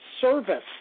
service